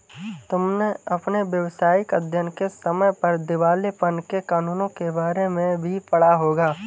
तुमने अपने व्यावसायिक अध्ययन के समय पर दिवालेपन के कानूनों के बारे में भी पढ़ा होगा